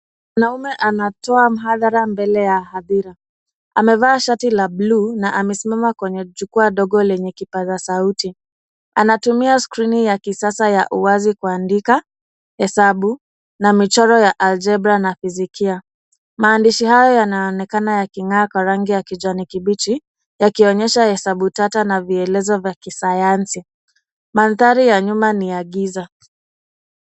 Mwanaume anatoa mhadhara mbele ya hadhira. Amevaa shati la bluu na amesimama kwenye jukwaa dogo lenye kipaza sauti. Anatumia skrini ya kisasa ya uwazi kuandika hesabu na michoro ya aljebra na fizikia. Maandishi hayo yanaonekana yaking'aa kwa rangi ya kijani kibichi yakionyesha hesabu tata na vielezo vya kisayansi. Mandhari ya nyuma ni ya giza.